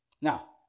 Now